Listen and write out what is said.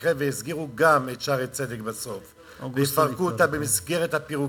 למקרה שיסגרו גם את "שערי צדק" בסוף ויפרקו אותו במסגרת הפירוקים.